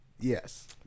yes